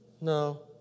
No